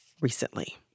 recently